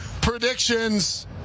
predictions